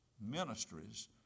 ministries